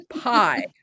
Pie